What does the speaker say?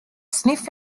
sniff